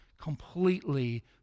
completely